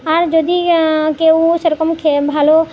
আর যদি কেউ সেরকম খেয়ে ভালো